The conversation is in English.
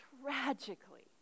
tragically